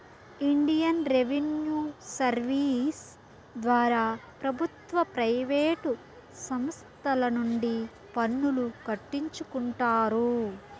Indian revenue service ద్వారా ప్రభుత్వ private సంస్తల నుండి పన్నులు కట్టించుకుంటారు